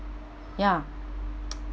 ya